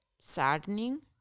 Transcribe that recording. saddening